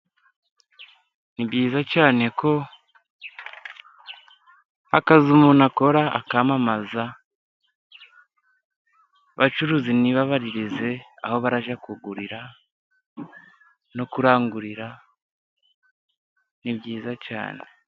Ni byiza cyane ko akazi umuntu akora akamamaza, abacuruzi nti babaririze aho bajya kugurira no kurangurira ni byiza cyane.